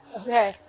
Okay